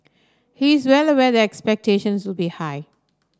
he is well aware that expectations will be high